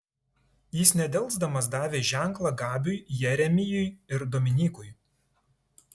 jis nedelsdamas davė ženklą gabiui jeremijui ir dominykui